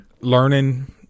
learning